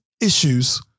issues